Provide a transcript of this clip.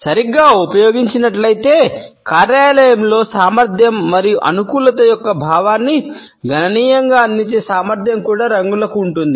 సరిగ్గా ఉపయోగించినట్లయితే కార్యాలయంలో సామర్థ్యం మరియు అనుకూలత యొక్క భావాన్ని గణనీయంగా అందించే సామర్ధ్యం కూడా రంగులకు ఉంటుంది